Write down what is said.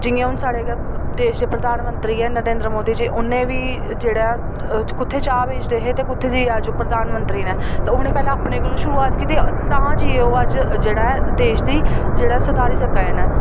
जियां हून साढ़े गै देश दे प्रधानमंत्री ऐ नरेंद्र मोदी जी उ'नें बी जेह्ड़ा कुत्थै चाह् बेचदे हे ते कुत्थें जाइयै अज्ज ओह् प्रधानमंत्री न ते उ'नें पैह्ले अपने कोला शुरुआत कीती तां जाइयै ओह् अज्ज जेह्ड़ा ऐ देश दी जेह्ड़ा सधारी सका दे न